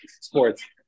sports